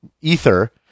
ether